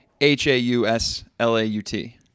H-A-U-S-L-A-U-T